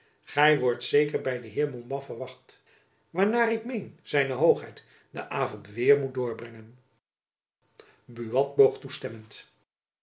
wordt zeker by den heer de montbas verwacht waar naar ik vermeen z hoogheid den avond weêr moet doorbrengen buat boog toestemmend